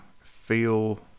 feel